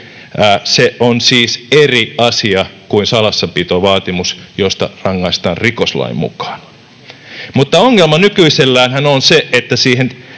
Se on siis eri asia kuin salassapitovaatimus, josta rangaistaan rikoslain mukaan. [Kari Tolvanen: Onhan se niin!] Mutta ongelma nykyiselläänhän on se, että siihen